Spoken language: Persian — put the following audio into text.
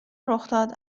رخداد